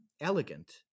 elegant